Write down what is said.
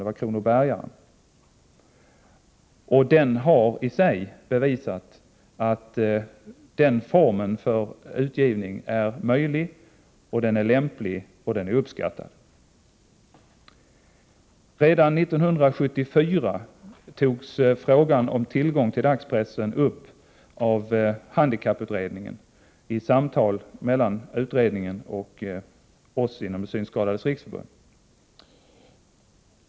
Det var Kronobergaren, och den har i sig bevisat att den formen för utgivning är möjlig, den är lämplig och den är uppskattad. Redan 1974 togs frågan om tillgång till dagspressen upp av handikapputredningen i samtal mellan utredningen och oss inom Synskadades riksförbund.